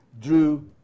drew